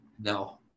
No